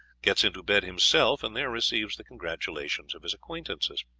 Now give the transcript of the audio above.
gets into bed himself, and there receives the congratulations of his acquaintances.